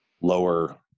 lower